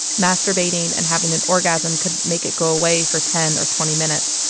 masturbating and having an orgasm could make it go away for ten or twenty minutes,